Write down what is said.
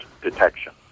detection